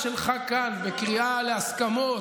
בנוגע לקריאה לסרבנות,